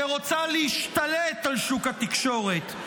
שרוצה להשתלט על שוק התקשורת,